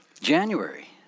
January